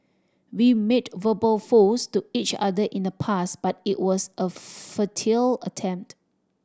we made verbal vows to each other in the past but it was a futile attempt